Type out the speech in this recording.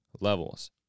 levels